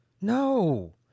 No